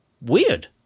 weird